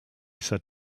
said